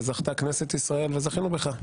זכתה כנסת ישראל וזכינו בך.